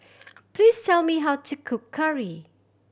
please tell me how to cook curry